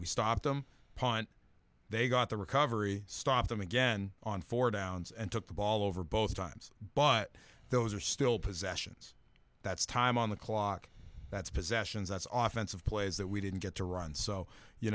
we stopped them punt they got the recovery stopped them again on four downs and took the ball over both times but those are still possessions that's time on the clock that's possessions that's often of plays that we didn't get to run so you